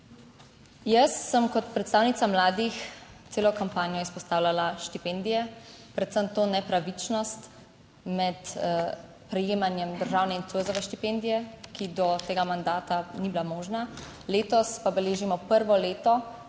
Jaz sem kot predstavnica mladih celo kampanjo izpostavljala štipendije. Predvsem to nepravičnost med prejemanjem državne in Zoisove štipendije, ki do tega mandata ni bila možna. Letos pa beležimo prvo leto,